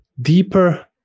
deeper